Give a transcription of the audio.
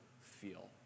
feel